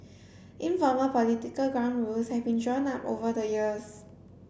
informal political ground rules have been drawn up over the years